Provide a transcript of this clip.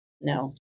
no